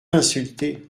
insulté